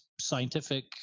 scientific